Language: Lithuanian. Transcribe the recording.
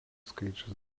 skaičius